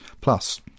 plus